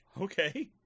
Okay